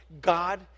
God